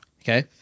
Okay